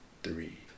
Three